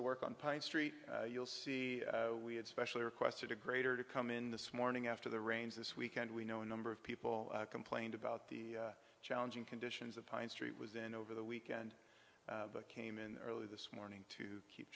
the work on pine street you'll see we had specially requested a greater to come in this morning after the rains this weekend we know a number of people complained about the challenging conditions of pine street was then over the weekend but came in early this morning to